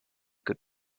good